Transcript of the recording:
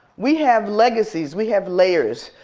we have legacies, we have layers.